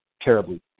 terribly